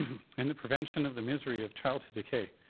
and the prevention of the misery of childhood decay,